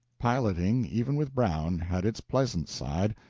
piloting, even with brown, had its pleasant side.